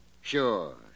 Sure